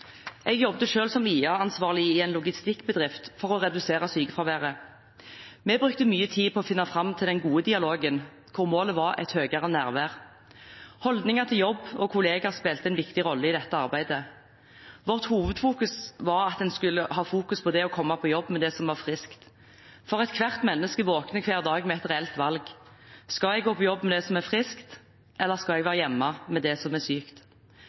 Jeg jobbet selv som IA-ansvarlig i en logistikkbedrift for å redusere sykefraværet. Vi brukte mye tid på å finne fram til den gode dialogen, hvor målet var et høyere nærvær. Holdninger til jobb og kolleger spilte en viktig rolle i dette arbeidet. Vårt hovedfokus var at en skulle fokusere på det å komme på jobb med det som var friskt, for ethvert menneske våkner hver dag med et reelt valg: Skal jeg gå på jobb med det som er friskt, eller skal jeg være hjemme med det som er sykt?